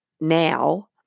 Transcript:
now